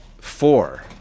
four